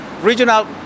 regional